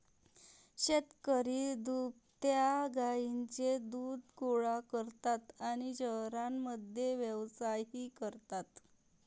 शेतकरी दुभत्या गायींचे दूध गोळा करतात आणि शहरांमध्ये व्यवसायही करतात